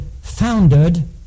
founded